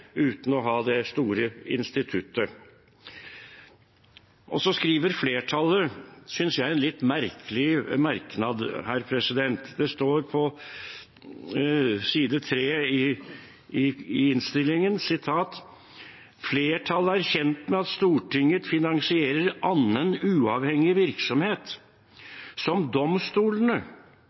uten å ha det store instituttet. Flertallet skriver, synes jeg, en litt merkelig merknad. Det står på side 3 i innstillingen: «Flertallet er kjent med at Stortinget finansierer annen uavhengig virksomhet, som domstolene,